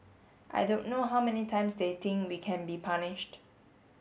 I don't know how many times they think we can be punished